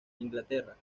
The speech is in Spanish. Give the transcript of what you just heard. inglaterra